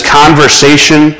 conversation